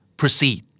proceed